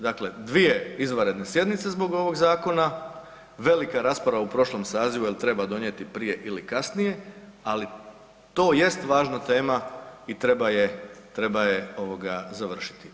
Dakle, dvije izvanredne sjednice zbog ovog zakona, velika rasprava u prošlom sazivu jel treba donijeti prije ili kasnije, ali to jest važna tema i treba je, treba je ovoga završiti.